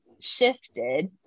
shifted